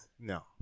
no